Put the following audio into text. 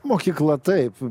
mokykla taip